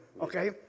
Okay